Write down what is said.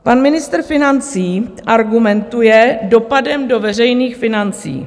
Pan ministr financí argumentuje dopadem do veřejných financí.